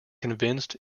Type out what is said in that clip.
convinced